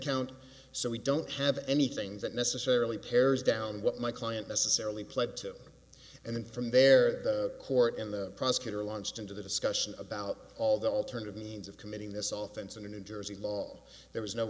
count so we don't have anything that necessarily pairs down what my client necessarily pled to and then from there the court and the prosecutor launched into the discussion about all the alternative means of committing this all things in a new jersey law there was no